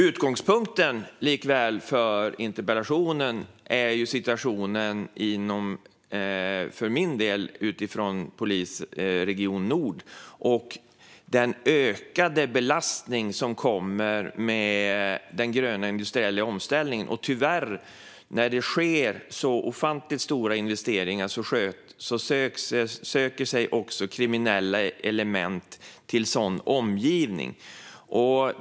Utgångspunkten för min interpellation är situationen i polisregion Nord och den ökade belastning som kommer med den gröna industriella omställningen. När det sker sådana ofantligt stora investeringar söker sig också kriminella element till den omgivningen.